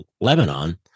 Lebanon